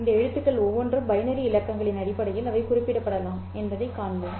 இந்த கடிதங்கள் ஒவ்வொன்றும் பைனரி இலக்கங்களின் அடிப்படையில் அவை குறிப்பிடப்படலாம் என்பதைக் காண்போம்